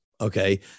Okay